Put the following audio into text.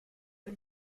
dem